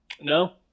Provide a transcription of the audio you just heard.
no